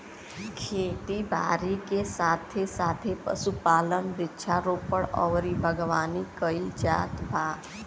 खेती बारी के साथे साथे पशुपालन, वृक्षारोपण अउरी बागवानी कईल जात बा